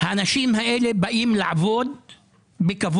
האנשים שם באים לעבוד בכבוד,